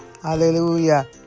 Hallelujah